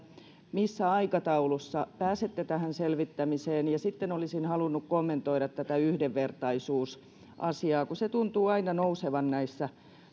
missä aikataulussa pääsette tähän selvittämiseen sitten olisin halunnut kommentoida tätä yhdenvertaisuusasiaa kun se tuntuu aina nousevan näissä